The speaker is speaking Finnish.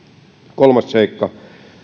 kolmas seikka